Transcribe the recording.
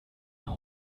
denn